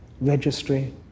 registry